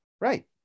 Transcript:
right